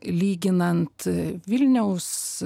lyginant vilniaus